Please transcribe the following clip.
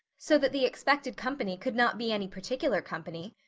so that the expected company could not be any particular company.